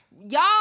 Y'all